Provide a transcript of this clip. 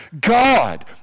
God